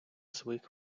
своїх